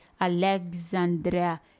Alexandria